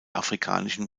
afrikanischen